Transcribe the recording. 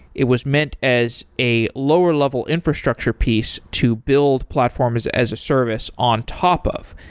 it was meant as a lower level infrastructure piece to build platforms as a service on top of,